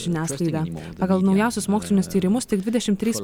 žiniasklaida pagal naujausius mokslinius tyrimus tik dvidešim trys